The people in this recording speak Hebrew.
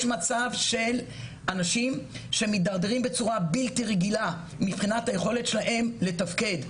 יש מצב של אנשים שמידרדרים בצורה בלתי רגילה מבחינת היכולת שלהם לתפקד,